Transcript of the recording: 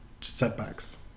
setbacks